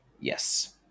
Yes